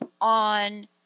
on